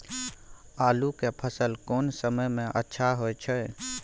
आलू के फसल कोन समय में अच्छा होय छै?